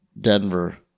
Denver